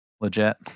legit